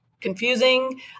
confusing